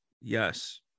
yes